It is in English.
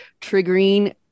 triggering